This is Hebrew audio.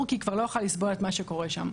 כי היא כבר לא יכולה לסבול את מה שקורה שם.